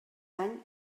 any